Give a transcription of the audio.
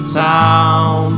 town